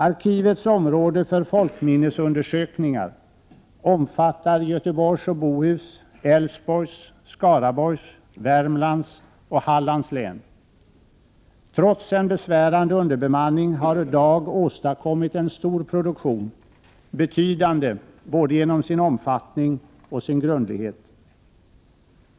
Arkivets område för folkminnesundersökningar omfattar Göteborgs och Bohus län, Älvsborgs, Skaraborgs, Värmlands och Hallands län. Trots en besvärande underbemanning har DAG åstadkommit en stor produktion, betydande både genom sin omfattning och sin grundlighet.